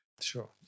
Sure